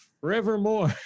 forevermore